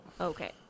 Okay